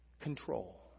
control